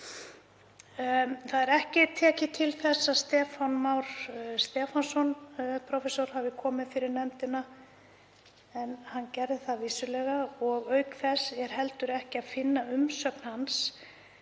frammi. Ekki er tiltekið að Stefán Már Stefánsson prófessor hafi komið fyrir nefndina en hann gerði það vissulega og auk þess er heldur ekki að finna umsögn hans